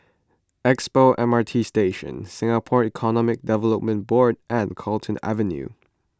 Expo M R T Station Singapore Economic Development Board and Carlton Avenue